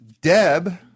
Deb